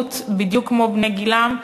בשירות בדיוק כמו בני גילם,